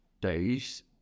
days